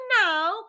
now